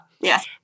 Yes